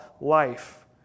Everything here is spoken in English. life